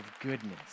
goodness